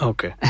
Okay